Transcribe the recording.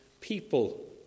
people